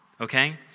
okay